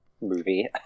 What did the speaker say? movie